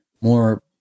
more